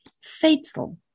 faithful